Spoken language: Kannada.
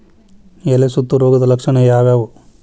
ಎಲೆ ಸುತ್ತು ರೋಗದ ಲಕ್ಷಣ ಯಾವ್ಯಾವ್?